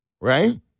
right